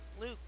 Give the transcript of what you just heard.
Luke